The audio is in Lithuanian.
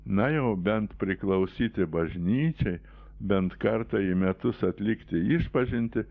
na jau bent priklausyti bažnyčiai bent kartą į metus atlikti išpažintį